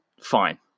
fine